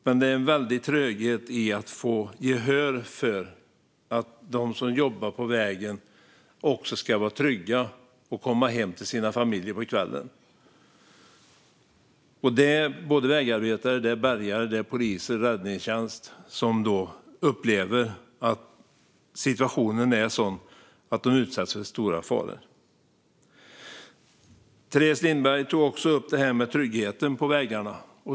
Men det är en väldig tröghet i att få gehör för att de som jobbar på vägen också ska vara trygga och komma hem till sina familjer på kvällen. Det är vägarbetare, bärgare, poliser och räddningstjänst som upplever att situationen är sådan att de utsätts för stora faror. Teres Lindberg tog också upp tryggheten på vägarna.